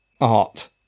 art